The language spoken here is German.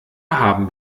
haben